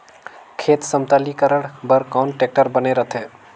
खेत समतलीकरण बर कौन टेक्टर बने रथे?